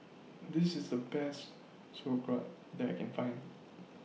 This IS The Best Sauerkraut that I Can Find